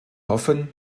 hoffen